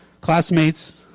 classmates